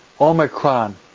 Omicron